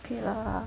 okay lah